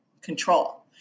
control